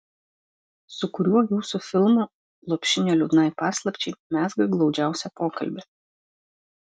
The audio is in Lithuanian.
su kuriuo jūsų filmu lopšinė liūdnai paslapčiai mezga glaudžiausią pokalbį